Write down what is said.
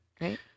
right